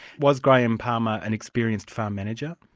was graham palmer an experienced farm manager?